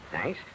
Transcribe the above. Nice